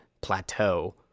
plateau